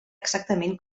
exactament